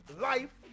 life